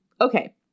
Okay